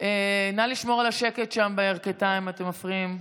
נא לשמור על השקט שם בירכתיים, אתם מפריעים.